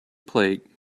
plate